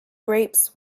grapes